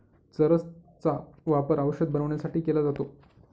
चरस चा वापर औषध बनवण्यासाठी केला जातो